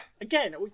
again